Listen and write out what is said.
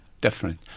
different